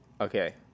Okay